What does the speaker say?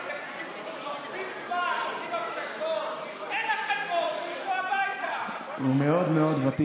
אני חייב לומר לחבר הכנסת גפני אני חושב שהוא ותיק פה בבניין מאוד מאוד,